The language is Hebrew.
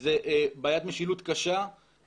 זה בעיית משילות קשה.